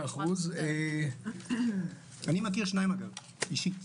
אני מכיר שניים אישית.